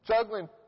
juggling